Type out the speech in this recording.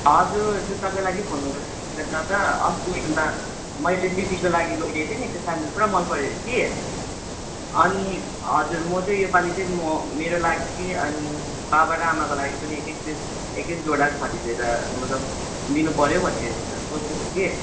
हजुर जुत्ताको लागि फोन गरेको दादा अस्ति अन्त मैले दिदीको लागि लगिदिएको थिएँ नि त्यो स्यान्डल पुरा मनपऱ्यो हरे कि अनि हजुर म चाहिँ यो पालि चाहिँ मेरो लागि अनि बाबा र आमाको लागि पनि एक एक पेर एक एक जोडा खरिदेर मतलब लिनु पऱ्यो भनेर सोच्दैथिएँ कि